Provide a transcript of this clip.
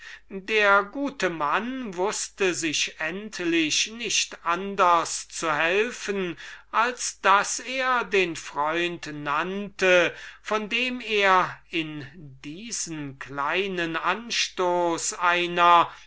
der gute mann wußte sich endlich nicht anders zu helfen als daß er den freund nannte von dem er wiewohl aus guter absicht in diesen kleinen anstoß einer